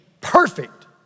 perfect